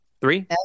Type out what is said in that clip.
Three